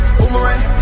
boomerang